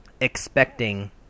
expecting